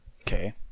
Okay